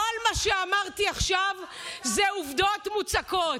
כל מה שאמרתי עכשיו הוא עבודות מוצקות.